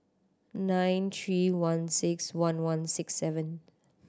nine three one six one one six seven